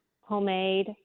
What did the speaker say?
homemade